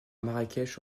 marrakech